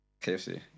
KFC